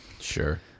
Sure